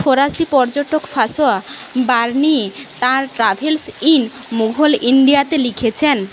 ফরাসি পর্যটক Francois Bernier তাঁর ট্র্যাভেলস ইন মুঘল ইন্ডিয়াতে লিখেছেন